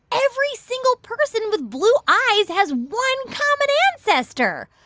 every single person with blue eyes has one common ancestor.